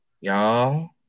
Y'all